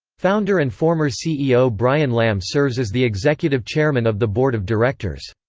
founder and former ceo brian lamb serves as the executive chairman of the board of directors.